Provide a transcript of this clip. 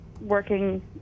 working